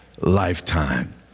lifetime